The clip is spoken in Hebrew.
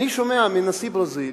אני שומע מנשיא ברזיל